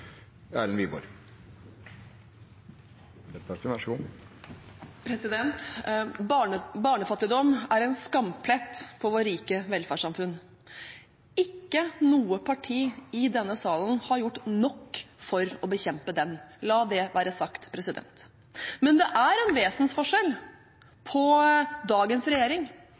seg å være veldig sosialt. Så SV burde ikke være en guide i hvordan man utformer velferdsordninger. Da er replikkordskiftet over. Barnefattigdom er en skamplett på vårt rike velferdssamfunn. Ikke noe parti i denne salen har gjort nok for å bekjempe den. La det være sagt. Men det er en vesensforskjell på